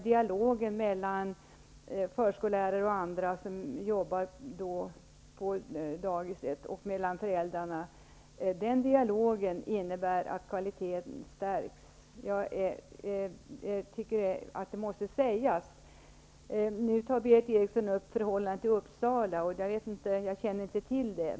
Dialogen mellan förskollärarna och andra som arbetar på dagiset och föräldrarna innebär att kvaliteten höjs. Jag tycker att detta måste sägas. Nu tar Berith Eriksson upp förhållandena i Uppsala. Jag känner inte till dem.